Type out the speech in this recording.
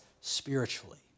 spiritually